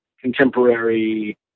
contemporary